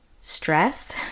stress